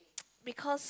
because